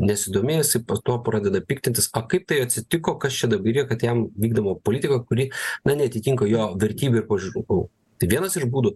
nesidomė jisai po to pradeda piktintis o kaip tai atsitiko kas čia dabar yra kad jam vykdoma politika kuri na neatitinka jo vertybių ir pažiūrų tai vienas iš būdų